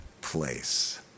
place